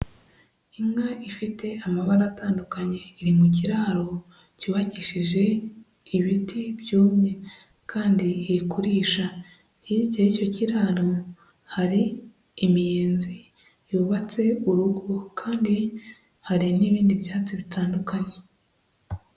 Inka ifite amabara atandukanye, iri mu kiraro cyubakishije ibiti byumye, kandi iri kurisha, hirya y'icyo kiraro hari imiyenzi yubatse urugo, kandi hari n'ibindi byatsi bitandukanye.